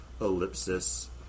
Ellipsis